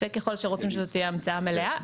ככל שרוצים שזאת תהיה המצאה מלאה.